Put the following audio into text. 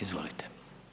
Izvolite.